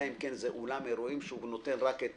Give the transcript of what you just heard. אלא אם כן זה אולם אירועים שנותן רק את